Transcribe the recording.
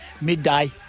midday